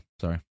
sorry